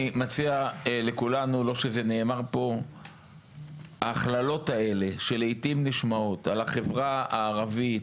אני מציע לכולנו לגבי ההכללות האלה שלעיתים נשמעות על החברה הערבית,